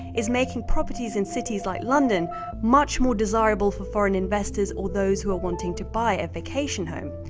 is making properties in cities like london much more desirable for foreign investors, or those who are wanting to buy a vacation home.